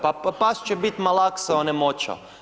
Pa pas će biti malaksao, onemoćao.